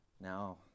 Now